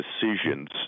decisions